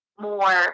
more